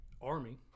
army